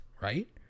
right